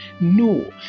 no